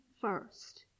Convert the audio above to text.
first